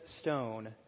stone